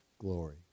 glory